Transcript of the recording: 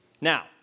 Now